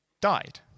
died